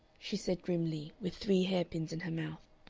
she said grimly, with three hairpins in her mouth.